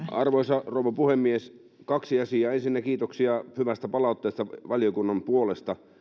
arvoisa rouva puhemies kaksi asiaa ensinnä kiitoksia hyvästä palautteesta valiokunnan puolesta